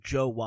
Joe